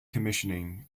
commissioning